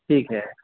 ٹھیک ہے